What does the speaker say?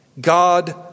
God